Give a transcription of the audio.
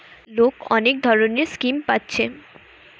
লোক অনেক ধরণের স্কিম পাচ্ছে